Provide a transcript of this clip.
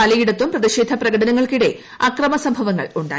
പലയിടത്തും പ്രതിഷേധ പ്രകടനങ്ങൾക്കിടെ അക്രമ സംഭവങ്ങൾ ഉ ായി